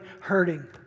hurting